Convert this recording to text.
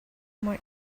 more